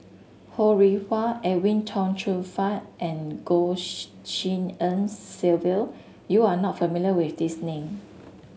Ho Rih Hwa Edwin Tong Chun Fai and Goh Tshin En Sylvia you are not familiar with these name